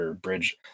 bridge